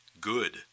good